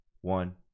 one